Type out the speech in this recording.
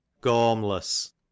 Gormless